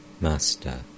Master